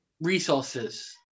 resources